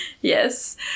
Yes